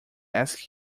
ask